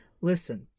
listen